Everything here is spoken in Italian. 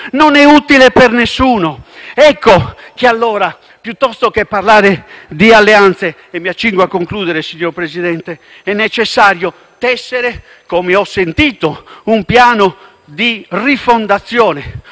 Non è utile per nessuno. Ecco che allora, piuttosto che parlare di alleanze - e mi accingo a concludere, signor Presidente - è necessario tessere, come ho sentito, un piano di rifondazione.